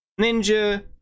Ninja